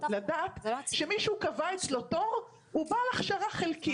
לדעת שמי שהוא קבע אצלו תור הוא בעל הכשרה חלקית,